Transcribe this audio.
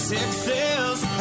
Texas